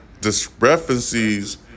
discrepancies